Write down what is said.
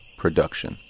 production